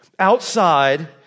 outside